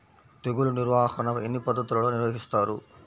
తెగులు నిర్వాహణ ఎన్ని పద్ధతులలో నిర్వహిస్తారు?